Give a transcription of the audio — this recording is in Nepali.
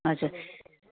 हजुर